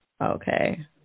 Okay